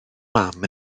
mam